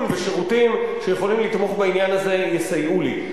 ושירותים שיכולים לתמוך בעניין הזה ויסייעו לי.